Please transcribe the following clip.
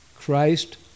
Christ